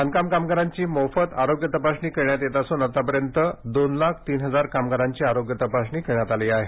बांधकाम कामगारांची मोफत आरोग्य तपासणी करण्यात येत असून आतापर्यंत दोन लाख तीन हजार कामगारांची आरोग्य तपासणी करण्यात आली आहे